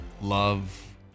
love